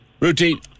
Routine